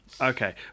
okay